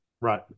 Right